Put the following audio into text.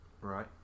right